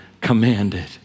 commanded